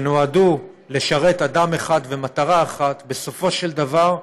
שנועדו לשרת אדם אחד ומטרה אחת, בסופו של דבר,